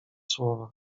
słowa